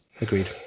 agreed